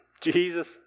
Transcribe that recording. Jesus